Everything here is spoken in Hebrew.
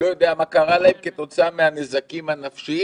לא יודע מה קרה להם כתוצאה מהנזקים הנפשיים,